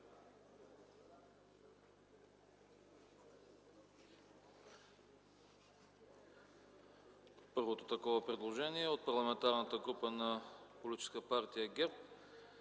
Първото предложение е от Парламентарната група на Политическа партия ГЕРБ